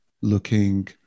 looking